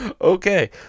Okay